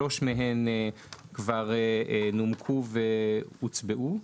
שלוש מהן כבר נומקו והוצבעו,